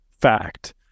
fact